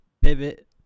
pivot